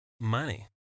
money